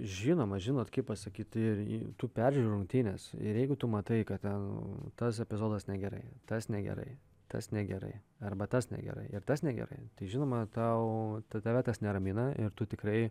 žinoma žinot kaip pasakyti tu peržiūri rungtynes ir jeigu tu matai kad ten tas epizodas negerai tas negerai tas negerai arba tas negerai ir tas negerai tai žinoma tau tai tave tas neramina ir tu tikrai